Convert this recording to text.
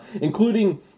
including